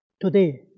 today